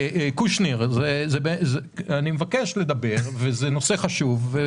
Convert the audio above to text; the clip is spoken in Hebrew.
קושניר, אני מבקש לדבר, וזה נושא חשוב.